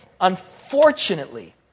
Unfortunately